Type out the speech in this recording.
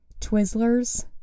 Twizzlers